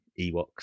ewoks